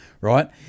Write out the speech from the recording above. right